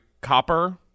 copper